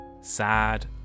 Sad